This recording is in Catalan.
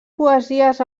poesies